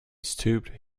stooped